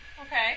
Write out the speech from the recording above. okay